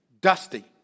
dusty